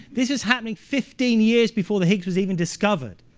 this was happening fifteen years before the higgs was even discovered.